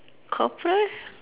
corporal